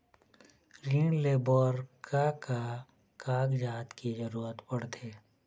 ऋण ले बर का का कागजात के जरूरत पड़थे?